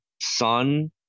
son